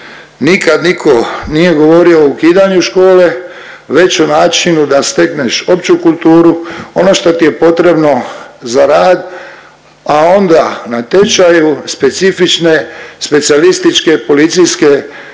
Nikad niko nije govorio o ukidanju škole već o načinu da stekneš opću kulturu, ono šta ti je potrebno za rad, a onda na tečaju specifične specijalističke policijske